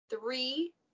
three –